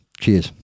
Cheers